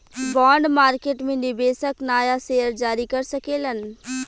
bond market में निवेशक नाया शेयर जारी कर सकेलन